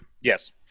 yes